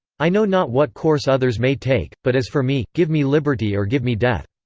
i know not what course others may take but as for me, give me liberty or give me death!